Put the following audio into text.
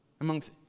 amongst